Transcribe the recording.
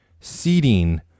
seeding